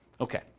Okay